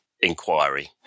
inquiry